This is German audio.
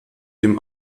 dem